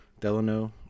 delano